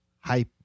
hype